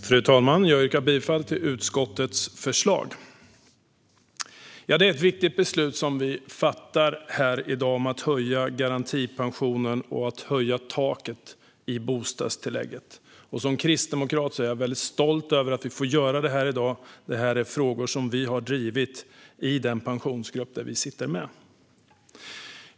Fru talman! Jag yrkar bifall till utskottets förslag. Det är ett viktigt beslut som vi fattar här i dag om att höja garantipensionen och att höja taket i bostadstillägget. Som kristdemokrat är jag väldigt stolt över att vi får göra detta i dag. Det här är frågor som vi har drivit i den pensionsgrupp där vi sitter med.